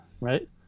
right